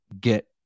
get